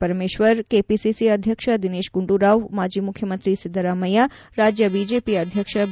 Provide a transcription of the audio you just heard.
Parameshwar KPCC ಅಧ್ಯಕ್ಷ ದಿನೇಶ್ ಗುಂಡೂರಾವ್ ಮಾಜಿ ಮುಖ್ಜಮಂತ್ರಿ ಸಿದ್ದರಾಮಯ್ಯ ರಾಜ್ಯ ಬಿಜೆಪಿ ಅಧ್ಯಕ್ಷ ಬಿ